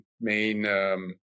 main